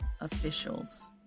officials